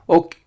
Och